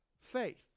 faith